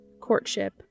courtship